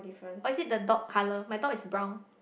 oh is it the dog color my dog is brown